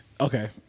Okay